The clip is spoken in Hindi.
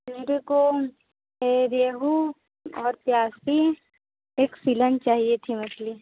मेरे को रोहू और प्यासी एक फिलन चाहिए थी मछली